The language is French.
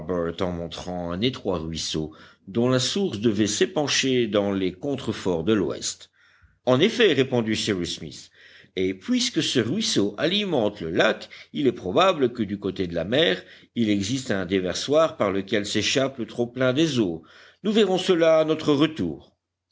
montrant un étroit ruisseau dont la source devait s'épancher dans les contreforts de l'ouest en effet répondit cyrus smith et puisque ce ruisseau alimente le lac il est probable que du côté de la mer il existe un déversoir par lequel s'échappe le trop-plein des eaux nous verrons cela à notre retour